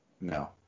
No